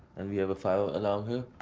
and we have a fire alarm here,